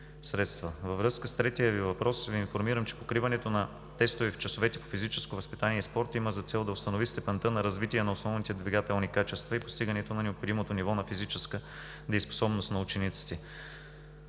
Във връзка с третия Ви въпрос, Ви информирам, че покриването на тестове в часовете по физическо възпитание и спорт има за цел да установи степента на развитие на основните двигателни качества и постигането на необходимото ниво на физическа дееспособност на учениците.